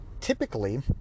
typically